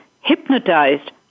hypnotized